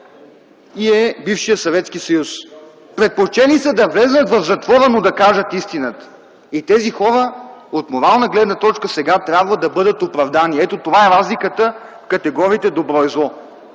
Съветски съюз. Предпочели са да влязат в затвора, но да кажат истината и тези хора от морална гледна точка сега трябва да бъдат оправдани. Ето това е разликата в категориите добро и зло.